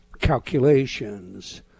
calculations